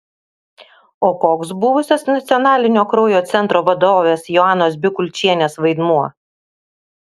o koks buvusios nacionalinio kraujo centro vadovės joanos bikulčienės vaidmuo